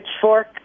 Pitchfork